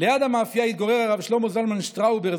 ליד המאפייה התגורר הרב שלמה זלמן שטאובר,